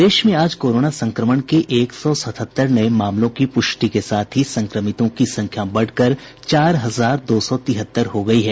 प्रदेश में आज कोरोना संक्रमण के एक सौ सतहत्तर नये मामलों की प्रष्टि के साथ ही संक्रमितों की संख्या बढ़कर चार हजार दो सौ तिहत्तर हो गयी है